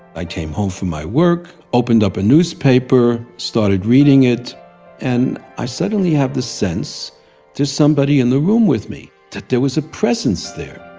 i came home from my work, opened up a newspaper, started reading it and i suddenly have the sense there's somebody in the room with me. that there was a presence there.